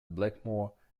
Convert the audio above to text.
blackmore